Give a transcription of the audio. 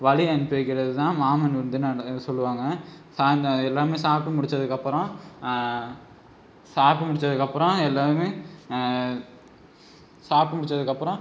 வழி அனுப்பி வைக்கிறது தான் மாமன் விருந்துன்னு அதை சொல்வாங்க சாயந்தரம் எல்லாருமே சாப்பிட்டு முடித்ததுக்கப்பறம் சாப்பிட்டு முடித்ததுக்கப்பறம் எல்லாருமே சாப்பிட்டு முடித்ததுக்கப்பறம்